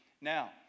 Now